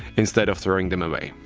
instead of throwing them away.